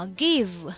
,give